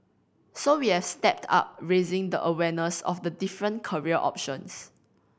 so we have stepped up raising the awareness of the different career options